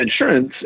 insurance